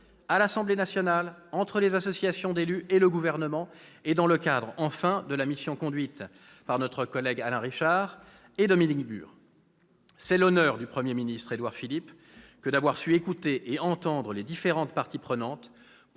à l'Assemblée nationale, entre les associations d'élus et le Gouvernement, et dans le cadre, enfin, de la mission conduite par notre collègue Alain Richard et Dominique Bur. C'est l'honneur du Premier ministre, Édouard Philippe, que d'avoir su écouter et entendre les différentes parties prenantes